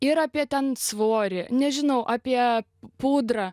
ir apie ten svorį nežinau apie pudrą